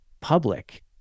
public